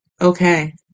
Okay